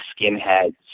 skinheads